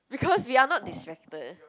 because we are not distracted